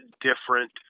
different